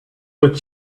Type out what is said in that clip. but